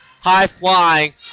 high-flying